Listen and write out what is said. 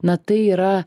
na tai yra